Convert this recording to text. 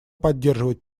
поддерживать